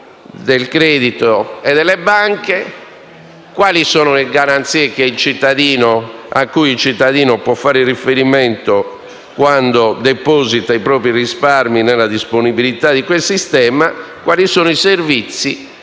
del credito e delle banche, quali sono le garanzie a cui il cittadino può fare riferimento quando deposita i propri risparmi nella disponibilità di quel sistema, quali sono i servizi,